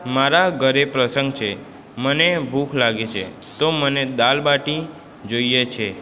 મારા ઘરે પ્રસંગ છે મને ભૂખ લાગી છે તો મને દાલબાટી જોઈએ છે